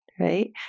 Right